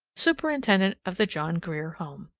superintendent of the john grier home.